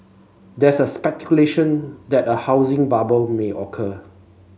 there is speculation that a housing bubble may occur